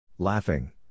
Laughing